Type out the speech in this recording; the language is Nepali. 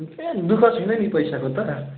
ए दुःख छैन नि पैसाको त